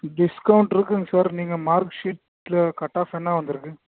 discount இருக்குங்க sir நீங்கள் mark ஷீட்டில் கட் ஆஃப் என்ன வந்துயிருக்கு